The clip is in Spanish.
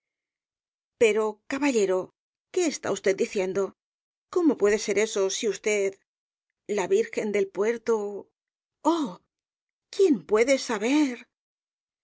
pero caballero qué está usted diciendo cómo puede ser eso si usted la virgen del puerto oh quién puede saber